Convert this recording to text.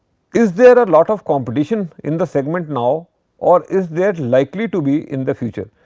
is there a lot of competition in the segment now or is there likely to be in the future?